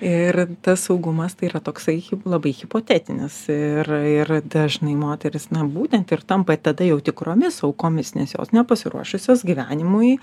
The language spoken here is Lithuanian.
ir tas saugumas tai yra toksai labai hipotetinis ir ir dažnai moterys na būtent ir tampa tada jau tikromis aukomis nes jos nepasiruošusios gyvenimui